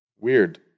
weird